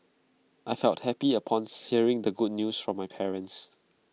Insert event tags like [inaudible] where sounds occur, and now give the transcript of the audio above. I felt happy upon [unintelligible] hearing the good news from my parents